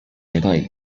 携带